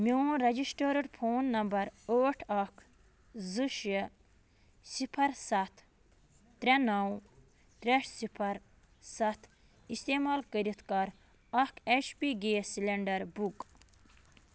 میون registered phone number ٲٹھ اکھ زٕ شےٚ صِفر ستھ ترٛےٚ نو ترٛےٚ صِفر ستھ استعمال کٔرِتھ کَر اکھ H P gas cylinder book